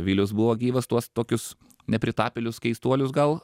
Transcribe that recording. vilius buvo gyvas tuos tokius nepritapėlius keistuolius gal